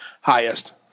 highest